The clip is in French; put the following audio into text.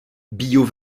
billaud